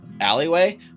alleyway